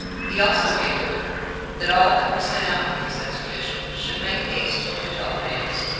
he also gave order that all that were sent out for this expedition, should make haste to ptolemais.